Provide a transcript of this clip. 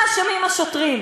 מה אשמים השוטרים?